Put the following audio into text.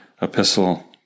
epistle